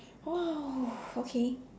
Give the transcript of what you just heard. !wow! okay